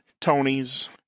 Tony's